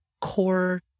core